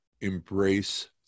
embrace